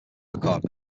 packard